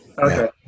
Okay